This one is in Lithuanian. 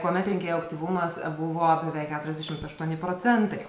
kuomet rinkėjų aktyvumas buvo beveik keturiasdešimt aštuoni procentai